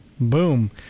Boom